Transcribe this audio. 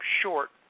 short